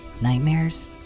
nightmares